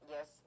Yes